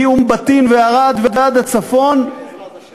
מאום-בטין וערד ועד הצפון, בעזרת השם.